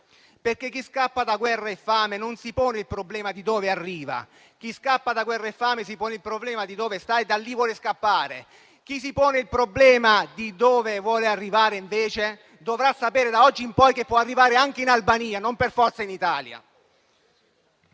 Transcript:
ce l'ha. Chi scappa da guerra e fame, infatti, non si pone il problema di dove arriva; chi scappa da guerra e fame si pone il problema di dove sta e da lì vuole scappare. Chi si pone il problema di dove vuole arrivare, invece, dovrà sapere che da oggi in poi può arrivare anche in Albania, non per forza in Italia.